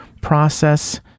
process